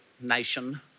nation